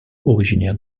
originaire